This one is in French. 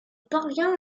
parvient